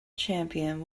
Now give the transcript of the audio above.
champion